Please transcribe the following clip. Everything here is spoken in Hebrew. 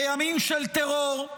בימים של טרור,